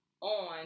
on